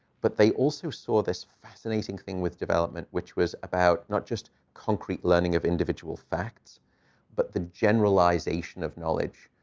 but they also saw this fascinating thing with development, which was about not just concrete learning of individual facts but the generalization of knowledge.